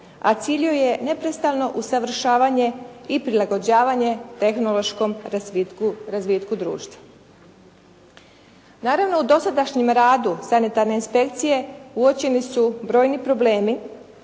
a cilj joj je neprestano usavršavanje i prilagođavanje tehnološkom razvitku društva. Naravno u dosadašnjem radu sanitarne inspekcije uočeni su brojni problemi